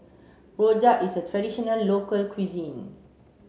Rojak is a traditional local cuisine